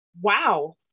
wow